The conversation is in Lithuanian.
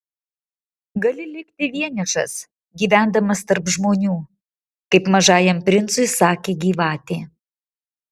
gali likti vienišas gyvendamas tarp žmonių kaip mažajam princui sakė gyvatė